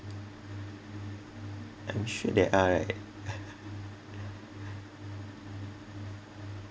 I'm sure there are right